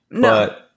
but-